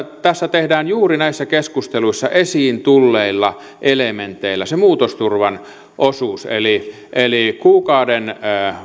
tässä tehdään juuri näissä keskusteluissa esiin tulleilla elementeillä se muutosturvan osuus eli eli kuukauden